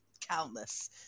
countless